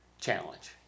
challenge